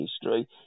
history